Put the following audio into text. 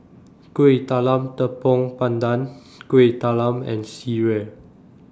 Kuih Talam Tepong Pandan Kueh Talam and Sireh